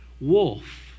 wolf